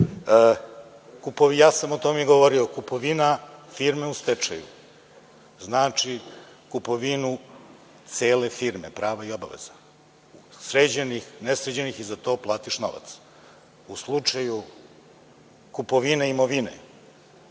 ja sam o tome i govorio, kupovina firme u stečaju znači kupovinu cele firme, prava i obaveze, sređenih, nesređenih i za to platiš novac. U slučaju kupovine imovine,